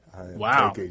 Wow